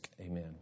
amen